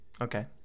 Okay